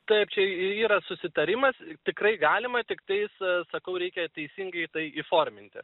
taip čia yra susitarimas tikrai galima tiktais sakau reikia teisingai tai įforminti